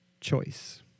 Choice